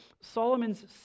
Solomon's